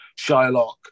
Shylock